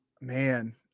Man